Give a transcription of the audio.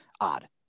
odd